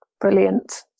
Brilliant